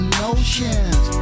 notions